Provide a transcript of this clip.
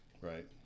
Right